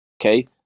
Okay